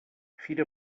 fira